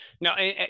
no